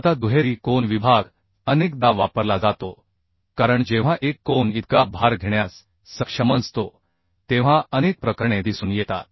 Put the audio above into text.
आता दुहेरी कोन विभाग अनेकदा वापरला जातो कारण जेव्हा एक कोन इतका भार घेण्यास सक्षम नसतो तेव्हा अनेक प्रकरणे दिसून येतात